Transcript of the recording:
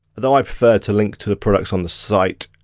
although i prefer to link to the products on the site.